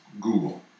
Google